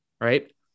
Right